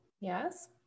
Yes